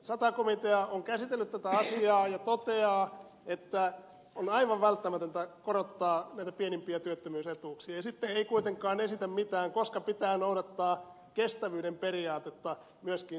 sata komitea on käsitellyt tätä asiaa ja toteaa että on aivan välttämätöntä korottaa näitä pienimpiä työttömyysetuuksia ja sitten ei kuitenkaan esitä mitään koska pitää noudattaa kestävyyden periaatetta myöskin tässä